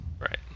Right